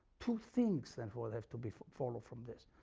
two things, therefore, have to be followed from this.